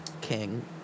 King